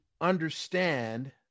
understand